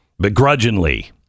begrudgingly